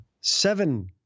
seven